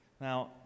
now